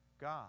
God